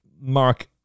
Mark